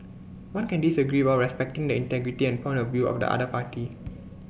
one can disagree while respecting the integrity and point of view of the other party